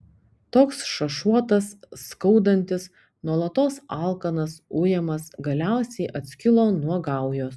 toks šašuotas skaudantis nuolatos alkanas ujamas galiausiai atskilo nuo gaujos